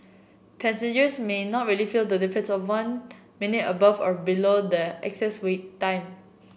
passengers may not really feel the difference of one minute above or below the excess wait time